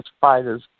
fighters